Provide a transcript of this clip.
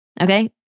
okay